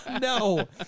No